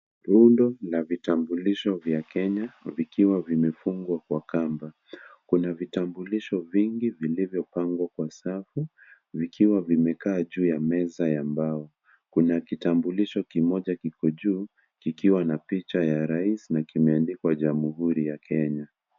Viundo na vitambulisho vya Kenya vikiwa vimefungwa kwa kamba. Kuna vitambulisho vingi vilivyopangwa kwa safu vikiwa vimekaa juu ya meza ya mbao. Kuna kitambulisho kimoja kiko juu kikiwa na picha ya rais na kimeandikwa jamhuri ya Kenya.